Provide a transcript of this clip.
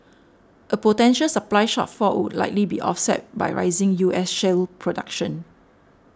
a potential supply shortfall would likely be offset by rising U S shale production